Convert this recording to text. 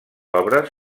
obres